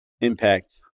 impact